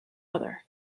other